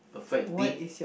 perfect date